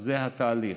זה התהליך.